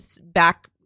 back